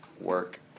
work